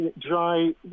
dry